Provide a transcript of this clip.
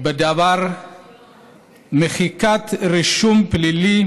בדבר מחיקת רישום פלילי